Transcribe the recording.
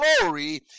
glory